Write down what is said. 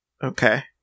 Okay